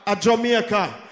Jamaica